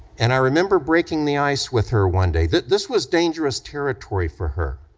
and i remember breaking the ice with her one day, this was dangerous territory for her.